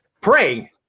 praying